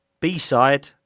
B-side